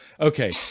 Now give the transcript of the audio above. okay